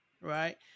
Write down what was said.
right